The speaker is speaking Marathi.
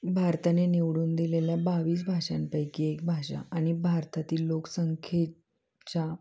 भारताने निवडून दिलेल्या बावीस भाषांपैकी एक भाषा आणि भारतातील लोकसंख्येच्या